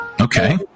Okay